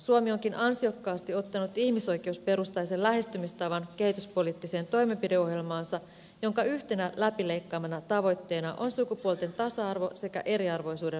suomi onkin ansiokkaasti ottanut ihmisoikeusperustaisen lähestymistavan kehityspoliittiseen toimenpideohjelmaansa jonka yhtenä läpileikkaavana tavoitteena on sukupuolten tasa arvo sekä eriarvoisuuden vähentäminen